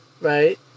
right